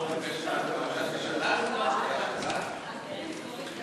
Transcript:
(תיקון מס' 5) (איסור שימוש ברכב שנעברה בו עבירה),